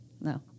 no